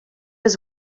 was